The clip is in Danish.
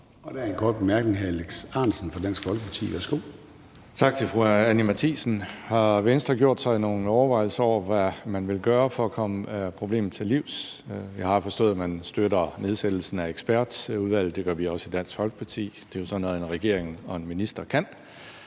Der er en kort bemærkning fra hr. Alex Ahrendtsen fra Dansk Folkeparti. Værsgo. Kl. 14:25 Alex Ahrendtsen (DF): Tak til fru Anni Matthiesen. Har Venstre gjort sig nogle overvejelser om, hvad man vil gøre for at komme problemet til livs? Jeg har forstået, at man støtter nedsættelsen af ekspertudvalget, og det gør vi også i Dansk Folkeparti. Det er jo sådan noget, en regering og en minister kan